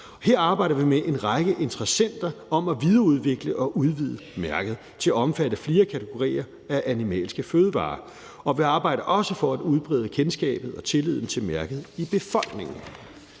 Her arbejder vi med en række interessenter om at videreudvikle og udvide mærket til at omfatte flere kategorier af animalske fødevarer, og vi arbejder også for at udbrede kendskabet og tilliden til mærket i befolkningen.